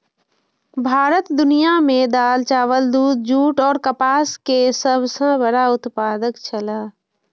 भारत दुनिया में दाल, चावल, दूध, जूट और कपास के सब सॉ बड़ा उत्पादक छला